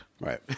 Right